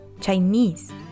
Chinese